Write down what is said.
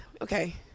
Okay